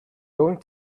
going